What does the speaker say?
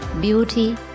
beauty